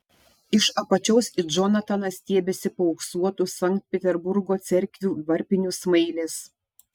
iš apačios į džonataną stiebiasi paauksuotų sankt peterburgo cerkvių varpinių smailės